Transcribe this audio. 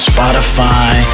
Spotify